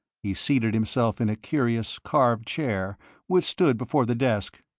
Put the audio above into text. he seated himself in a curious, carved chair which stood before the desk,